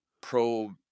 pro